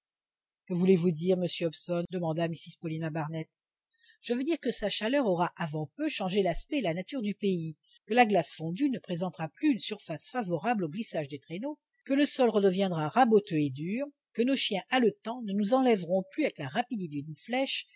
que voulez-vous dire monsieur hobson demanda mrs paulina barnett je veux dire que sa chaleur aura avant peu changé l'aspect et la nature du pays que la glace fondue ne présentera plus une surface favorable au glissage des traîneaux que le sol redeviendra raboteux et dur que nos chiens haletants ne nous enlèveront plus avec la rapidité d'une flèche